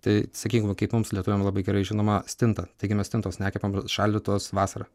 tai sakykim va kaip mums lietuviam labai gerai žinoma stinta taigi mes stintos nekepam šaldytos vasarą